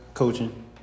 Coaching